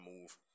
move